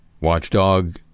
Watchdog